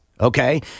Okay